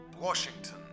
Washington